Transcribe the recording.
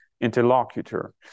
interlocutor